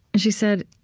she said,